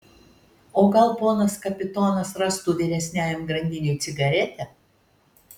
o gal ponas kapitonas rastų vyresniajam grandiniui cigaretę